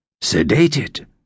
Sedated